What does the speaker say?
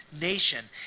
nation